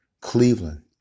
Cleveland